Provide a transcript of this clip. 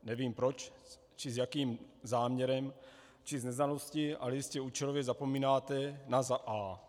Nevím proč či s jakým záměrem či z neznalosti, ale jistě účelově zapomínáte na za a).